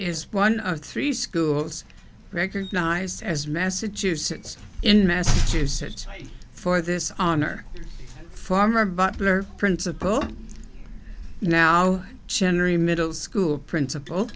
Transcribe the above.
is one of three schools recognized as massachusetts in massachusetts for this honor former butler principal now generally middle school principal